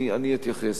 אני אתייחס.